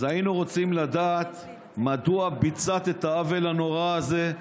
היינו רוצים לדעת מדוע ביצעת את העוול הנורא הזה,